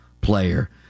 player